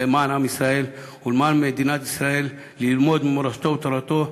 ולמען עם ישראל ולמען מדינת ישראל ללמוד ממורשתו ותורתו.